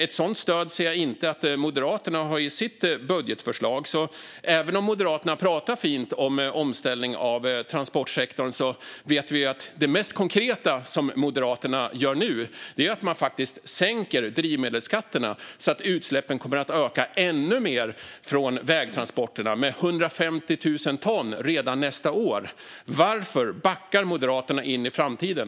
Ett sådant stöd ser jag inte att Moderaterna har i sitt budgetförslag. Även om Moderaterna pratar fint om omställning av transportsektorn, vet vi att det mest konkreta som Moderaterna gör nu är att sänka drivmedelsskatterna så att utsläppen kommer att öka ännu mer från vägtransporterna, med 150 000 ton redan nästa år. Fru talman! Varför backar Moderaterna in i framtiden?